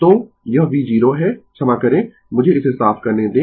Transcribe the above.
तो यह v0 है क्षमा करें मुझे इसे साफ करने दें